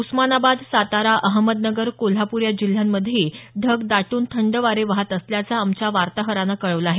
उस्मानाबाद सातारा अहमदनगर कोल्हापूर या जिल्ह्यांमध्येही ढग दाटून थंड वारे वाहत असल्याचं आमच्या वार्ताहरानं कळवलं आहे